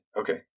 Okay